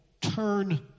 turn